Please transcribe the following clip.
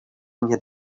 had